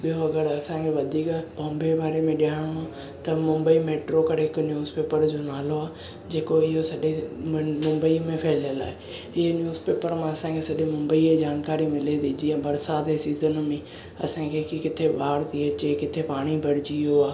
ॿियो अगर असां खे वधीक बॉम्बे वारे में ॼाणिणो आ त मुंबई मेट्रो करे हिकु न्यूज़पेपर जो नालो आहे जेको हीउ सॼे मुंबईअ में फहिलियल आहे हीअ न्यूज़पेपर मां असां खे सॼे मुंबईअ जी जानकारी मिले थी जीअं बरसात जे सीज़न में असां खे किथे बाढ़ थी अचे किथे पाणी भर जी वियो आहे